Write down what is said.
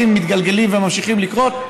דברים מתגלגלים וממשיכים לקרות,